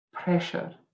pressure